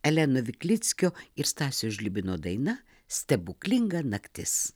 eleno viklickio ir stasio žlibino daina stebuklinga naktis